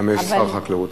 שם יש שר חקלאות,